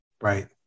right